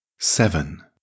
Seven